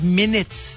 minutes